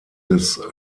des